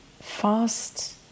fast